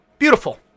Beautiful